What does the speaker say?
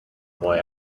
boy